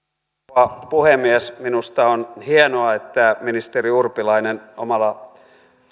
rouva puhemies minusta on hienoa että ministeri urpilainen omalla